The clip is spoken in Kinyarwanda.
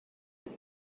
miss